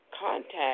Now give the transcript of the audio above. contact